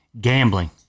gambling